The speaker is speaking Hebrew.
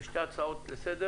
אלה שתי הצעות לסדר